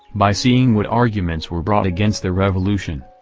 by seeing what arguments were brought against the revolution,